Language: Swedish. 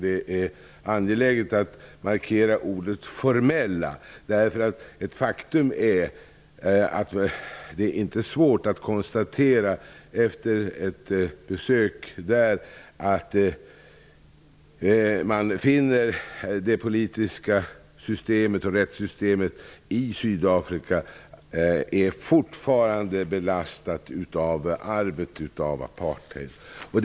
Det är angeläget att markera ordet formella. Det är ju inte svårt att vid ett besök konstatera att det politiska systemet och rättssystemet i Sydafrika fortfarande är belastat av arvet från apartheid.